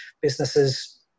businesses